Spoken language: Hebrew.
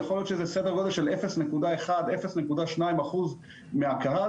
יכול להיות שזה סדר-גודל של 0.1% 0.2% מהקהל